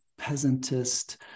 peasantist